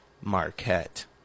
Marquette